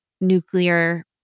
nuclear